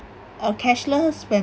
or cashless when